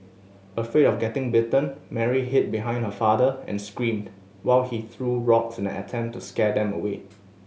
afraid of getting bitten Mary hid behind her father and screamed while he threw rocks in an attempt to scare them away